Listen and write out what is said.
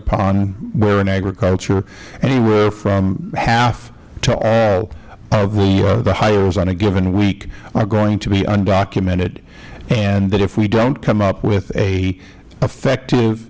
upon where in agriculture anywhere from half to all of the hires on a given week are going to be undocumented and that if we dont come up with an effective